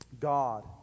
God